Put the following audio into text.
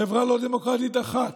חברה לא דמוקרטית אחת,